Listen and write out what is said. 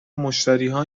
مشتریها